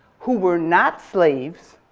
who were not slaves,